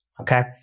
okay